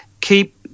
Keep